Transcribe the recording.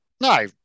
No